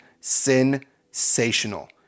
sensational